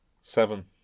Seven